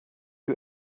you